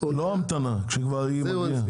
לא בהמתנה, אלא כשהיא מגיעה.